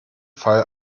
fall